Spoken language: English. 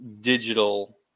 digital